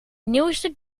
nieuwste